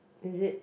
is it